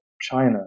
China